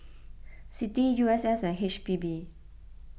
Citi U S S and H P B